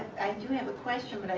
do have a question,